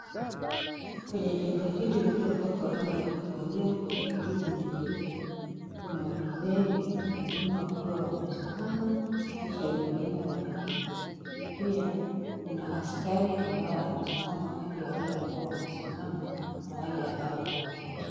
Kwenye jengo hili lililopakwa rangi ya kahawia, kijivu na nyeupe, kuna watu wengi. Wengine wakiwa wamesimama kisha wengine wameketi. Pia kuna askari ambaye amesimama kati ya wale ambao wamesimama na wale ambao wameketi.